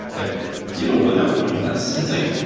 like you know what that would mean. that's insane.